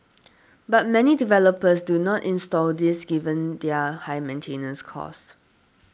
but many developers do not install these given their high maintenance costs